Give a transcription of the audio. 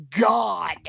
god